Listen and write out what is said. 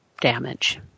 damage